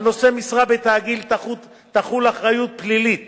על נושא משרה בתאגיד תחול אחריות פלילית